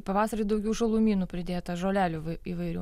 pavasarį daugiau žalumynų pridėta žolelių įvairių